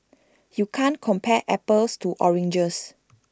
you can't compare apples to oranges